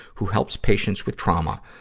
who helps patients with trauma.